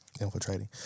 infiltrating